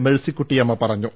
മേഴ്സിക്കുട്ടിയമ്മ പറഞ്ഞു